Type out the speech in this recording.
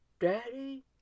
Daddy